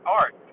art